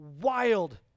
wild